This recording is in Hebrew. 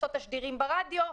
לעשות תשדירים ברדיו,